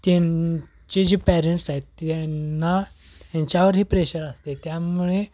त्यांचे जे पॅरेंट्स आहेत त्यांना ह्यांच्यावरही प्रेशर असते त्यामुळे